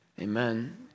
Amen